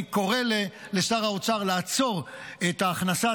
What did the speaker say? אני קורא לשר האוצר לעצור את הכנסת